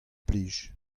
plij